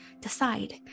decide